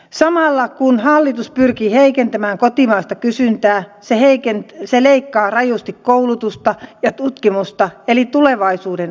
samalla kun hallitus pyrkii heikentämään kotimaista kysyntää se leikkaa rajusti koulutusta ja tutkimusta eli tulevaisuuden osaamista